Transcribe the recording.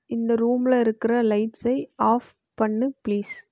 இந்த ரூமில் இருக்கிற லைட்ஸை ஆஃப் பண்ணு ப்ளீஸ்